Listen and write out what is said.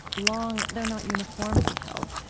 long though not uniformly held,